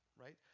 right